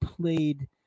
played